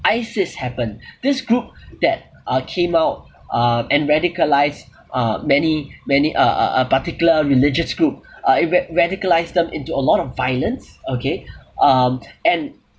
ISIS happened this group that uh came out uh and radicalised uh many many uh uh uh particular religious group uh it ra~ radicalised them into a lot of violence okay um and